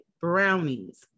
brownies